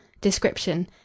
description